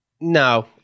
No